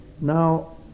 Now